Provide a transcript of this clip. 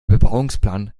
bebauungsplan